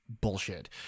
bullshit